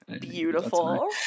Beautiful